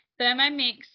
Thermomix